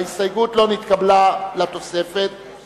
ההסתייגות של חברי הכנסת גדעון עזרא